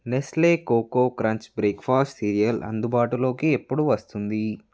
Nestle Koko Krunch breakfast cereal అందుబాటులోకి ఎప్పుడు వస్తుంది